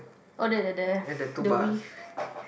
oh that the the the width